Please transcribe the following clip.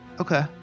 Okay